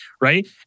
Right